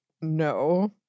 no